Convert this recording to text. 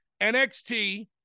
NXT